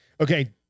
Okay